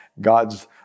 God's